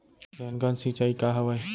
Rain gun सिंचाई का हवय?